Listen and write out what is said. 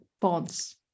bonds